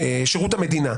בשירות המדינה.